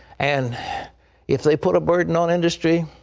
and if they put a burden on industry,